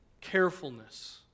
carefulness